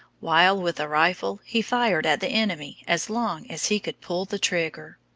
while with a rifle, he fired at the enemy as long as he could pull the trigger.